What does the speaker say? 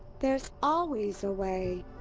there's always a way!